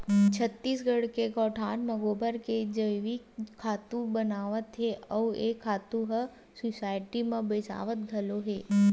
छत्तीसगढ़ के गोठान म गोबर के जइविक खातू बनावत हे अउ ए खातू ह सुसायटी म बेचावत घलोक हे